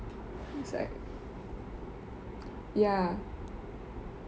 is like ya